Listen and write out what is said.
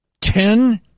ten